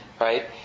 right